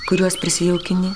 kuriuos prisijaukini